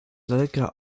daleka